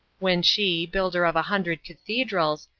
when she, builder of a hundred cathedrals,